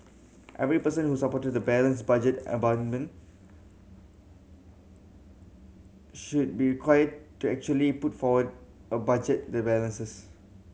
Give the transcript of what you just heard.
every person who supported the balanced budget amendment should be required to actually put forward a budget the balances